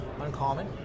uncommon